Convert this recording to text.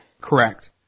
Correct